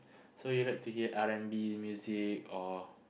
so you like to hear R-and-B music or